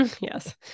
yes